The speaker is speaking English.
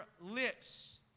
lips